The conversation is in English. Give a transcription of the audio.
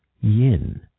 yin